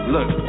Look